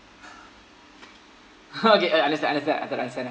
okay I understand understand I understand lah